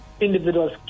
individuals